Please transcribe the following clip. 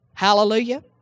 Hallelujah